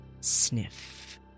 sniff